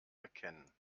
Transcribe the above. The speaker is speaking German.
erkennen